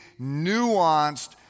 nuanced